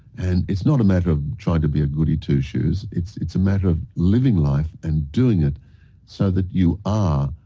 and it's not a matter of trying to be a goody two-shoes, but it's a matter of living life and doing it so that you are